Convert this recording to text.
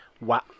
Wow